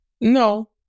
no